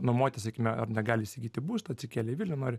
nuomotis sakykime ar negali įsigyti būsto atsikėlė į vilnių nori